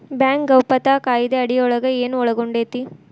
Bank ಗೌಪ್ಯತಾ ಕಾಯಿದೆ ಅಡಿಯೊಳಗ ಏನು ಒಳಗೊಂಡೇತಿ?